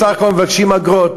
בסך הכול מבקשים אגרות.